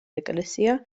ეკლესია